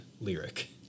lyric